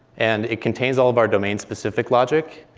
and it contains all of our domain-specific logic.